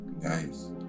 nice